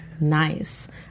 Nice